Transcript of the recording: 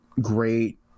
great